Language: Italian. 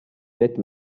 death